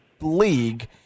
league